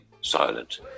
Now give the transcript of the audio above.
silent